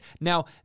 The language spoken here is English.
Now